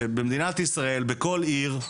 שבמדינת ישראל, בכל עיר,